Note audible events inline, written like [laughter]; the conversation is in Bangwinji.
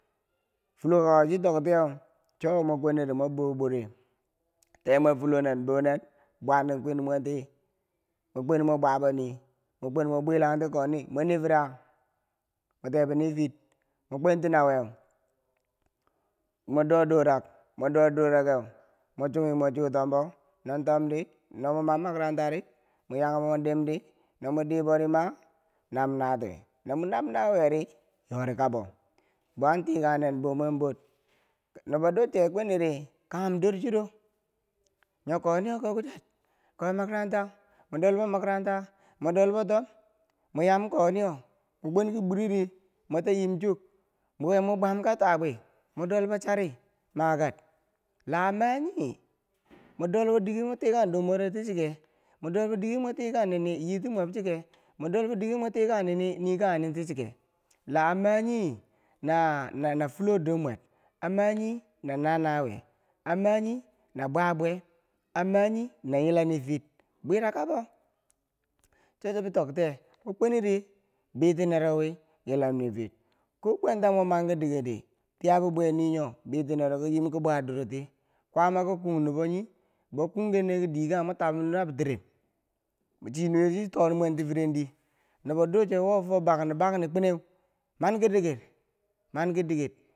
Fulokawo chitoktiyeu chowo mwe kweniri mwe boubore teemwe fulo nen bonen mwe bwanen kwen mwati mwe kwen mwa bwaboni mwe kwen mwi bwelang ti koni mwe nifira? [noise] mwe kebo nifir mwe kwenti naweu mwado dorak mwedo dora keu mwe chunghi mo chotombo no tomdi mo mwe mo mam makaranta ri mo yaken mo diim dii no mwe dibori ma, nam nawuye no mwe nam nawuyeri yori kabo bo an tikan nen bo mwen bwor nobo duche kweniri kanghen dorchero nyokoniyo kikucher ko makaranta mwe dolbo makarata. u mwe dolbo tom mwe yamkoniyo mwe kwenki bwiri mwetayimchok mwe mwa bwamka tabwi mwe dolbo chari makar la amanyi? mwedolbodinge mwa ti kandormweroti chike mwe dolbodighe mwe tikanyitub mwebotichike mwe dolbodike mwe tikan, [noise] nii kanye nenticike la, a manyi na [hesitation] fulodormwer a mayi na, nawuye na bwabwei a mayi na yila nifir bwira kabo cho- cho be toktiye mwe kweniri bitinerowi yila nifir ko bwantano mwe manki fiyabibweiniyo ko bwa dorati kwama ki kun. u nuboyi bou kung kenen bidekanghe mwe tabun nabi tiren chi- chinuwe chitonentiri mwe tabonm firen dii nuboduchewo backni backni bwineu mankideker mankideker.